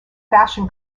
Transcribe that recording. fashion